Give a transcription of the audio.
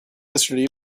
yesterday